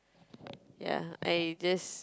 ya I just